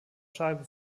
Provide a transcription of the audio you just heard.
scheibe